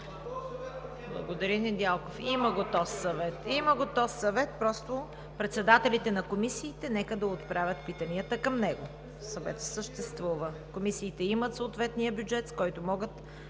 господин Недялков. (Шум и реплики.) Има го този съвет, просто председателите на комисиите нека да отправят питанията към него. Съветът съществува. Комисиите имат съответния бюджет, с който могат